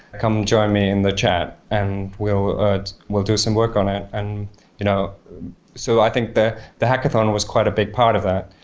come join me in the chat, and we'll ah we'll do some work on it. and you know so, i think the the hackathon was quite a big part of that.